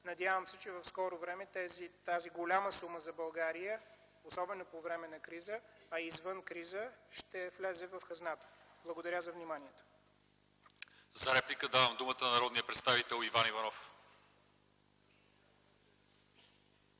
Надявам се, че в скоро време тази голяма сума за България, особено по време на криза, а и извън криза, ще влезе в хазната. Благодаря за вниманието. ПРЕДСЕДАТЕЛ ЛЪЧЕЗАР ИВАНОВ: За реплика давам думата на народния представител Иван Н. Иванов.